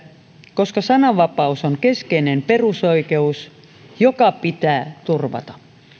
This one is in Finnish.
koska sananvapaus on keskeinen perusoikeus joka pitää turvata